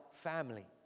family